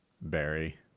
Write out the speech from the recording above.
Barry